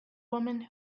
woman